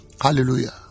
hallelujah